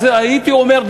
אז הייתי אומר,